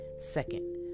Second